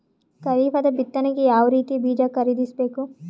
ಖರೀಪದ ಬಿತ್ತನೆಗೆ ಯಾವ್ ರೀತಿಯ ಬೀಜ ಖರೀದಿಸ ಬೇಕು?